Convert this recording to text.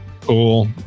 Cool